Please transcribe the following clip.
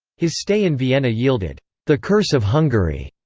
his stay in vienna yielded the curse of hungary,